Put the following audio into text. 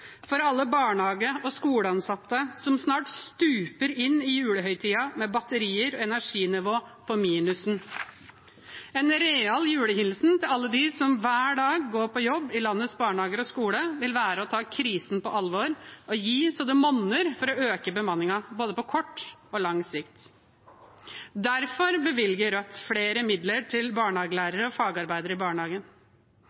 for alle barnehage- og skoleansatte som snart stuper inn i julehøytiden med batterier og energinivå i minus. En real julehilsen til alle dem som hver dag går på jobb i landets barnehager og skoler, vil være å ta krisen på alvor og gi så det monner for å øke bemanningen, både på kort og på lang sikt. Derfor bevilger Rødt flere midler til